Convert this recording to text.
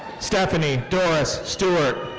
stephanie doris stewart.